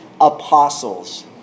apostles